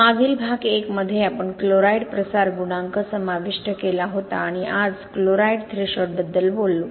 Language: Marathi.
मागील भाग 1 मध्ये आपण क्लोराईड प्रसार गुणांक समाविष्ट केला होता आणि आज आपण क्लोराईड थ्रेशोल्डबद्दल बोलू